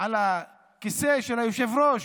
על הכיסא של היושב-ראש